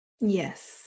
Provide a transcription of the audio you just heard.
Yes